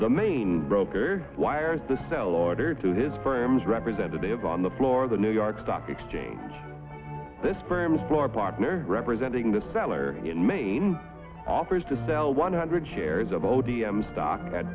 the main broker wires the sell order to his firm's representative on the floor of the new york stock exchange this permits bar partner representing the seller main offers to sell one hundred shares of o d m stock at